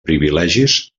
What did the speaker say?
privilegis